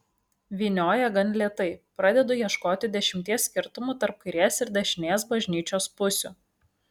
vynioja gan lėtai pradedu ieškoti dešimties skirtumų tarp kairės ir dešinės bažnyčios pusių